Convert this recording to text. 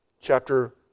chapter